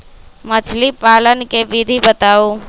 मछली पालन के विधि बताऊँ?